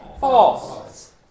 False